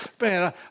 Man